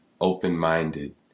open-minded